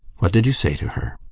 what did you say to her?